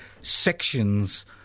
sections